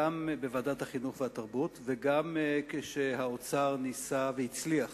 גם בוועדת החינוך והתרבות וגם כשהאוצר ניסה והצליח